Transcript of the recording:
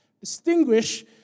distinguish